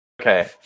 Okay